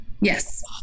Yes